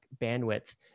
bandwidth